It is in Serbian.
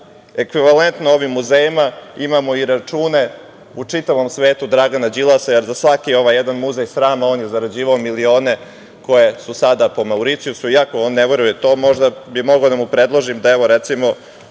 ekvivalentno ovim muzejima imamo i račune u čitavom svetu Dragana Đilasa, jer za svaki ovaj jedan muzej srama on je zarađivao milione koji su sada po Mauricijusu, iako on ne veruje u to, možda bih mogao da mu predložim da, evo, recimo,